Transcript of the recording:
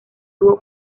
dúo